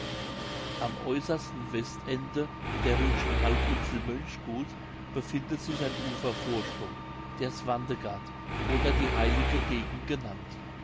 am äußersten westende der rügenschen halbinsel mönchgut befindet sich ein ufervorsprung der swantegard oder die heilige gegend genannt